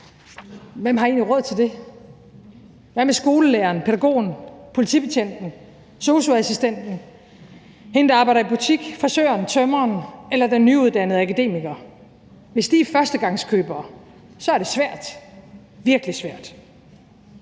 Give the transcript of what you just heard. Hvem har egentlig råd til det? Hvad med skolelæreren, pædagogen, politibetjenten, sosu-assistenten, hende, der arbejder i butik, frisøren, tømreren eller den nyuddannede akademiker? Hvis de er førstegangskøbere, er det svært, virkelig svært.